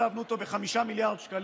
שישבת פה כועס הצליחו לקנות אותך קצת,